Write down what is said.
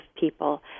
people